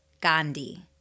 Gandhi